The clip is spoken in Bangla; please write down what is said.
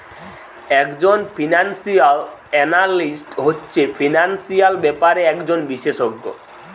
একজন ফিনান্সিয়াল এনালিস্ট হচ্ছে ফিনান্সিয়াল ব্যাপারে একজন বিশেষজ্ঞ